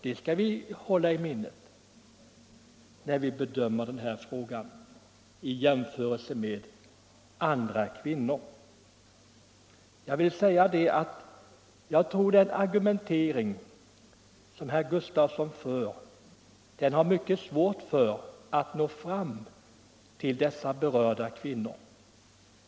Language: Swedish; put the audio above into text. Det skall vi hålla i minnet när vi bedömer den här frågan och gör jämförelser med andra kvinnor.